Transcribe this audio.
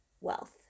wealth